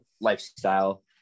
lifestyle